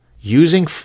Using